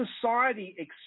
society